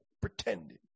pretending